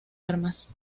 armas